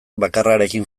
bakarrarekin